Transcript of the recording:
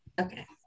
Okay